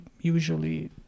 usually